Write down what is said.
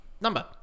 number